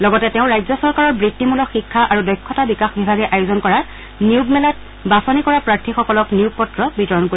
লগতে তেওঁ ৰাজ্য চৰকাৰৰ বৃত্তিমূলক শিক্ষা আৰু দক্ষতা বিকাশ বিভাগে আয়োজন কৰা নিয়োগ মেলাত বাছনি কৰা প্ৰাৰ্থীসকলক নিয়োগ পত্ৰ বিতৰণ কৰিব